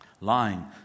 Lying